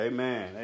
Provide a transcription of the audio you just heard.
Amen